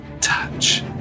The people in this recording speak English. touch